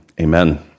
amen